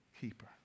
keeper